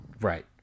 right